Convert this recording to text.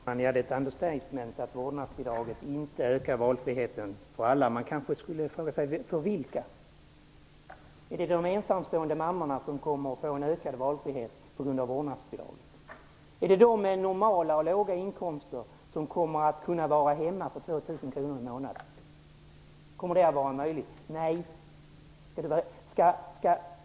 Herr talman! Det är ett understatement att säga att vårdnadsbidraget inte ökar valfriheten för alla. Man kanske skulle fråga för vilka den ökar valfriheten. Är det de ensamstående mammorna som kommer att få en ökad valfrihet på grund av vårdnadsbidraget? Är det de med normala och låga inkomster som kommer att kunna vara hemma för 2 000 kr i månaden? Kommer det att vara möjligt? Nej!